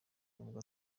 nubwo